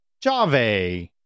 Java